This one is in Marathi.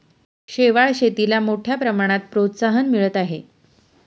शेवाळ शेतीला मोठ्या प्रमाणात प्रोत्साहन मिळत आहे